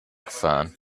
fahren